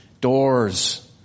doors